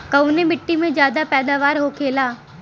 कवने मिट्टी में ज्यादा पैदावार होखेला?